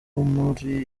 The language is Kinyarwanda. umuri